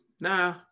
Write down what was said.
Nah